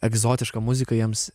egzotiška muzika jiems